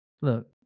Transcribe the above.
Look